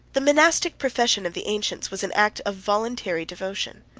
the monastic profession of the ancients was an act of voluntary devotion.